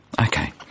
Okay